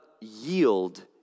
yield